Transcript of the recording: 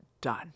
done